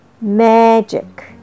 Magic